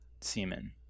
semen